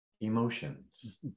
emotions